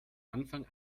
anfang